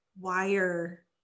wire